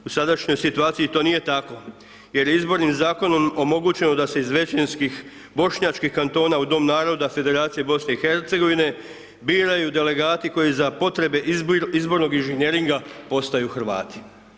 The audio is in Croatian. U sadašnjoj situaciji to nije tako jer je Izbornim zakonom omogućeno da se iz većinskih bošnjačkih kantona u Dom naroda Federacije BiH biraju delegati koji za potrebe izbornog inženjeringa, postaju Hrvati.